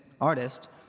artist